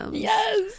Yes